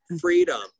freedom